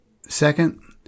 Second